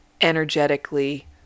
energetically